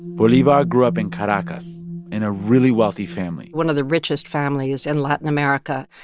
bolivar grew up in caracas in a really wealthy family one of the richest families in latin america.